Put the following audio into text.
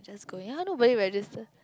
just going [huh] nobody register